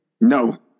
no